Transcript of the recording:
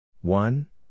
one